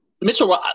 Mitchell